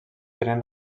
tenien